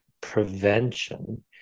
prevention